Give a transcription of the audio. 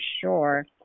sure